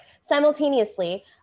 Simultaneously